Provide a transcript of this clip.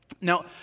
Now